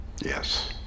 Yes